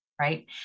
right